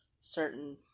certain